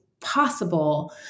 possible